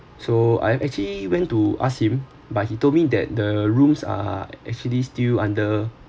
so I actually went to ask him but he told me that the rooms are actually still under